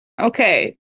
Okay